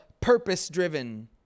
purpose-driven